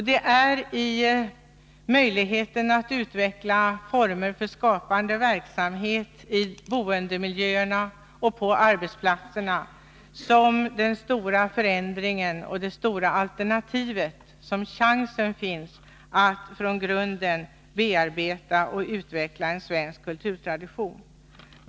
Det är i möjligheterna att utveckla former för skapande verksamhet iboendemiljöerna och på arbetsplatserna som chansen finns att från grunden bearbeta och utveckla en svensk kulturtradition och skapa de verkliga alternativen.